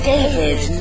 David